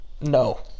No